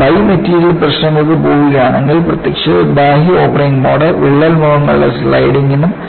by material പ്രശ്നങ്ങൾക്ക് പോകുകയാണെങ്കിൽ പ്രത്യക്ഷത്തിൽ ബാഹ്യ ഓപ്പണിംഗ് മോഡ് വിള്ളൽ മുഖങ്ങളുടെ സ്ലൈഡിംഗിനും കാരണമാകും